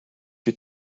you